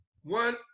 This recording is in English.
one